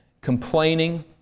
complaining